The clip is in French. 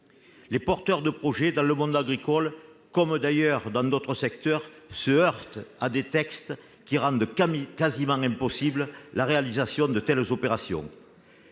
Les porteurs de projets dans le monde agricole, comme d'ailleurs dans d'autres secteurs, se heurtent à des textes qui rendent quasiment impossible la réalisation de telles opérations.